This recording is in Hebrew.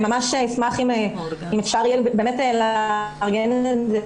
אני ממש אשמח אם אפשר יהיה באמת לארגן את